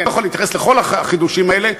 כי אני לא יכול להתייחס לכל החידושים האלה,